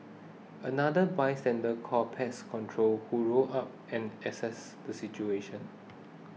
another by sender called pest control who rolled up and assessed the situation